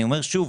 אני אומר שוב,